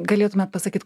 galėtumėt pasakyt